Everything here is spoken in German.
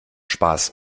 spaß